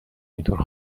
اینطور